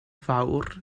fawr